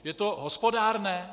Je to hospodárné?